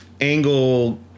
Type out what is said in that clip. Angle